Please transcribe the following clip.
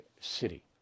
City